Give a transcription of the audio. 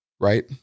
right